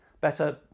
better